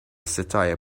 satire